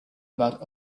about